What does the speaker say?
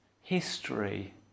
history